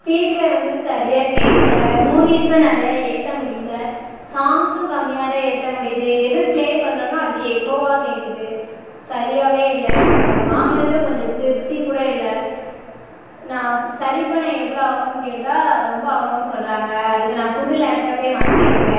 speaker வந்து சரியாக கேட்கல மூவிஸும் நிறைய ஏற்ற முடியல சாங்ஸும் கம்மியாக தான் ஏற்ற முடியுது எதுவும் ப்ளே பண்ணுறேனோ அதுக்கு எக்கோவாக கேட்குது சரியாகவே இல்லை எனக்கு அது வாங்கினதுல கொஞ்சோம் திருப்தி கூட இல்லை நான் சரி பண்ண எவ்வளோ ஆகும்னு கேட்டால் ரொம்ப அமௌண்ட் சொல்கிறாங்க அதுக்கு நான் புது லேப்டாப்பே வாங்கியிருப்பேன்